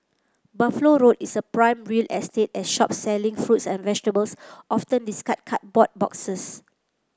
Buffalo Road is a prime real estate as shops selling fruits and vegetables often discard cardboard boxes